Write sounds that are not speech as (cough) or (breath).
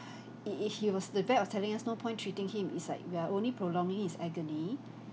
(breath) it it he was the vet was telling us no point treating him it's like we are only prolonging his agony